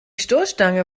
stoßstange